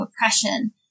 oppression